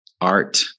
art